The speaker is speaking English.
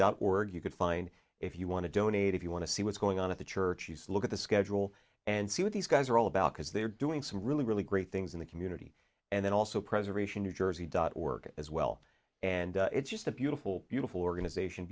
dot org you can find if you want to donate if you want to see what's going on at the church he's look at the schedule and see what these guys are all about because they are doing some really really great things in the community and then also preservation new jersey dot work as well and it's just a beautiful beautiful organization